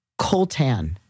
coltan